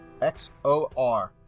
XOR